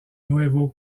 nuevo